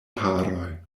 paroj